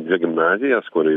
dvi gimnazijos kur